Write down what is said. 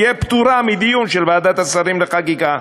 תהיה פטורה מדיון של ועדת השרים לחקיקה,